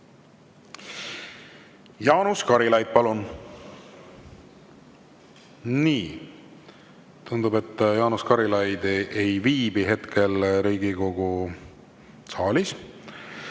Jaanus Karilaid, palun! Nii, tundub, et Jaanus Karilaid ei viibi hetkel Riigikogu saalis.